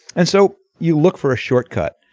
and so you look for a shortcut.